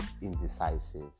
indecisive